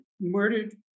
murdered